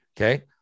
Okay